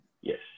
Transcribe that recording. Yes